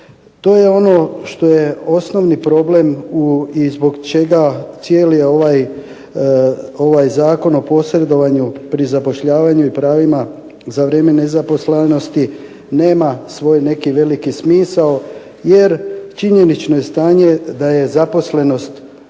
to je ono što je osnovni problem i zbog čega cijeli ovaj Zakon o posredovanju pri zapošljavanju i pravima za vrijeme nezaposlenosti nema svoj neki veliki smisao jer činjenično je stanje da je zaposlenost